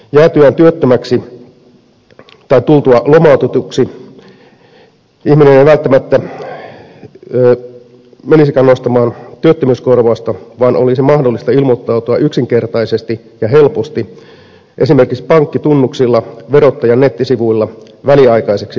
jäätyään työttömäksi tai tultuaan lomautetuksi ihminen ei välttämättä menisikään nostamaan työttömyyskorvausta vaan olisi mahdollista ilmoittautua yksinkertaisesti ja helposti esimerkiksi pankkitunnuksilla verottajan nettisivuilla väliaikaiseksi yrittäjäksi